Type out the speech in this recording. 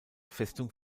festung